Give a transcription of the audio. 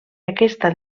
aquesta